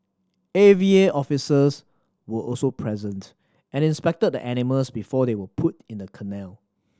A V A officers were also present and inspected the animals before they were put in the kennel